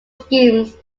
schemes